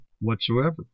whatsoever